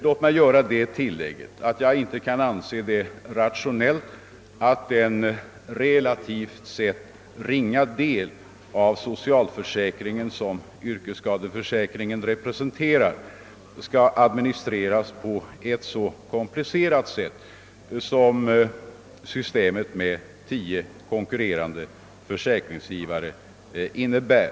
Låt mig sedan göra det tillägget att jag inte kan anse det rationellt att den relativt sett ringa del av socialförsäkringen som yrkesskadeförsäkringen representerar skall administreras på ett så komplicerat sätt som systemet med tio konkurrerande försäkringsgivare innebär.